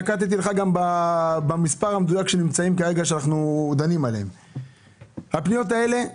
נקבתי במספר המדויק בו אנחנו נמצאים כרגע והפניות האלה,